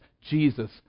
Jesus